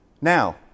Now